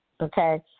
Okay